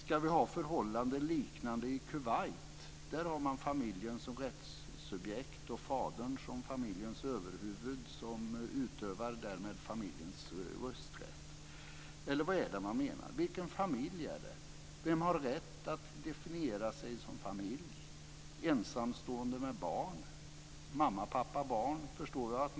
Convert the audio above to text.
Ska vi ha förhållanden liknande dem i Kuwait? Där har man familjen som rättssubjekt, och fadern som familjens överhuvud utövar därmed familjens rösträtt. Vad är det man menar? Vilken familj är det? Vem har rätt att definiera sig som familj, ensamstående med barn? Jag förstår att man menar mamma, pappa, barn.